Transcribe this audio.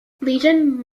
legion